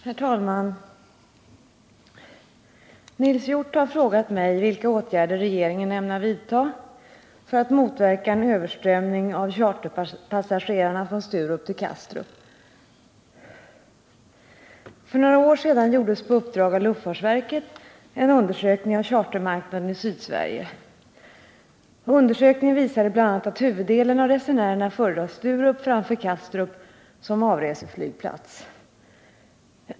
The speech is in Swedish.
Herr talman! Nils Hjorth har frågat mig vilka åtgärder regeringen ämnar vidta för att motverka en överströmning av charterpassagerare från Sturup till Kastrup. För några år sedan gjordes på uppdrag av luftfartsverket en undersökning av chartermarknaden i Sydsverige. Undersökningen visade bl.a. att huvuddelen av resenärerna föredrar Sturup framför Kastrup som avreseflygplats.